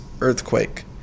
earthquake